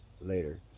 later